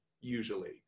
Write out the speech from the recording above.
usually